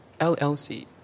LLC